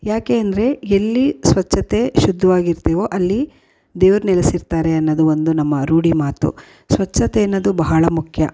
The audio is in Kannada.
ಯಾಕೆ ಅಂದರೆ ಎಲ್ಲಿ ಸ್ವಚ್ಛತೆ ಶುದ್ಧವಾಗಿರ್ತೀವೋ ಅಲ್ಲಿ ದೇವರು ನೆಲೆಸಿರ್ತಾರೆ ಅನ್ನೋದು ಒಂದು ನಮ್ಮ ರೂಢಿ ಮಾತು ಸ್ವಚ್ಛತೆ ಅನ್ನೋದು ಬಹಳ ಮುಖ್ಯ